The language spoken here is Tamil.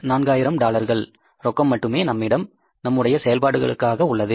4000 டாலர்கள் ரொக்கம் மட்டுமே நம்முடைய செயல்பாடுகளுக்காக உள்ளது